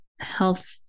health